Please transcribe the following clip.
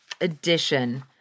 edition